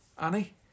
Annie